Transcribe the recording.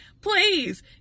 Please